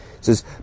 says